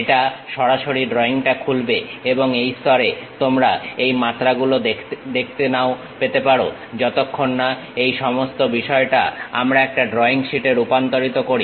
এটা সরাসরি ড্রইংটা খুলবে এবং এই স্তরে তোমরা এই মাত্রাগুলো দেখতে নাও পেতে পারো যতক্ষণ না এই সমস্ত বিষয়টা আমরা একটা ড্রইং শীটে রূপান্তরিত করি